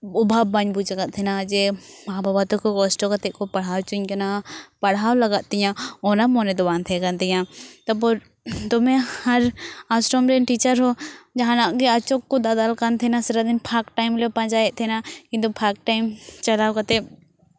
ᱚᱵᱷᱟᱵᱽ ᱵᱟᱹᱧ ᱵᱩᱡᱽ ᱠᱟᱫ ᱛᱟᱦᱮᱱᱟ ᱡᱮ ᱢᱟᱼᱵᱟᱵᱟ ᱛᱟᱠᱚ ᱠᱚᱥᱴᱚ ᱠᱟᱛᱮᱫ ᱠᱚ ᱯᱟᱲᱦᱟᱣ ᱦᱚᱪᱚᱧ ᱠᱟᱱᱟ ᱯᱟᱲᱦᱟᱣ ᱞᱟᱜᱟᱜ ᱛᱤᱧᱟ ᱚᱱᱟ ᱢᱚᱱᱮ ᱫᱚ ᱵᱟᱝ ᱛᱟᱦᱮᱸ ᱠᱟᱱ ᱛᱤᱧᱟ ᱛᱟᱨᱯᱚᱨ ᱫᱚᱢᱮ ᱟᱨ ᱟᱥᱨᱚᱢ ᱨᱮᱱ ᱴᱤᱪᱟᱨ ᱦᱚᱸ ᱡᱟᱦᱟᱱᱟᱜ ᱜᱮ ᱟᱪᱚᱠ ᱠᱚ ᱫᱟᱫᱟᱞ ᱠᱟᱱ ᱛᱟᱦᱮᱱᱟ ᱥᱟᱨᱟᱫᱤᱱ ᱯᱷᱟᱸᱠ ᱴᱟᱭᱤᱢ ᱞᱮ ᱯᱟᱸᱡᱟᱭᱮᱫ ᱛᱟᱦᱮᱱᱟ ᱤᱧ ᱫᱚ ᱯᱷᱟᱸᱠ ᱴᱟᱭᱤᱢ ᱪᱟᱞᱟᱣ ᱠᱟᱛᱮᱫ